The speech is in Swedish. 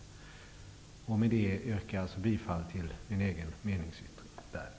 Med det yrkar jag bifall till min meningsyttring.